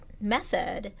method